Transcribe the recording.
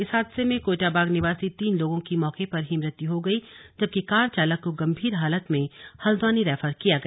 इस हादसे में कोटाबाग निवासी तीन लोगों की मौके पर ही मृत्य हो गई जबकि कार चालक को गंभीर हालत में हल्द्वानी रेफर किया गया